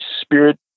spirit